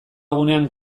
gunean